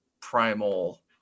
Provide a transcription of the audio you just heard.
primal